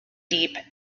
deep